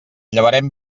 llevarem